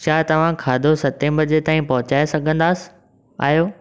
छा तव्हां खाधो सतें बजे ताईं पहुचाए सघंदासि आयो